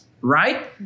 right